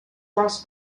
quals